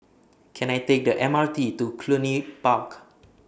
Can I Take The M R T to Cluny Park